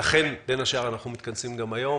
לכן, בין השאר, אנחנו מתכנסים גם היום.